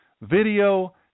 Video